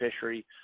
fishery